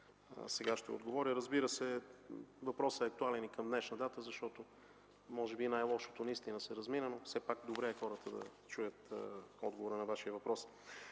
сега ще отговоря. Разбира се, въпросът е актуален и към днешна дата, защото може би най-лошото наистина се размина, но все пак е добре хората да чуят отговора на Вашия въпрос.